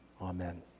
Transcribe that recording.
Amen